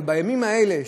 אבל בימים האלה,